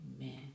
Amen